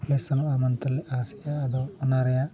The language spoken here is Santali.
ᱞᱮ ᱥᱮᱱᱚᱜᱼᱟ ᱢᱮᱱᱛᱮᱞᱮ ᱟᱥᱮᱜᱼᱟ ᱟᱫᱚ ᱚᱱᱟ ᱨᱮᱱᱟᱜ